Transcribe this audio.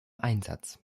einsatz